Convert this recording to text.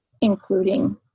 including